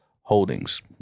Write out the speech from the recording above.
Holdings